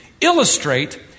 illustrate